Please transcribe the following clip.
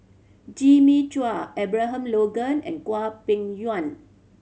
Jimmy Chua Abraham Logan and Kwang Peng Yuan